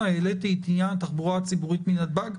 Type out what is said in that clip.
העליתי את עניין התחבורה הציבורית מנתב"ג,